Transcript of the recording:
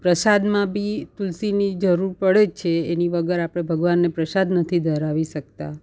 પ્રસાદમાં બી તુલસીની જરૂર પડે જ છે એની વગર આપણે ભગવાનને પ્રસાદ નથી ધરાવી શકતા